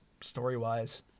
story-wise